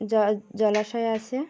জ জলাশয় আসে